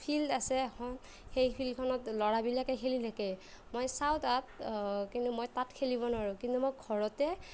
field আছে এখন সেই ফিল্ডখনত ল'ৰাবিলাকে খেলি থাকে মই চাওঁ তাত কিন্তু মই তাত খেলিব নোৱাৰোঁ কিন্তু মই ঘৰতে